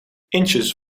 inches